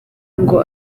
ngo